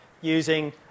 using